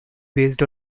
based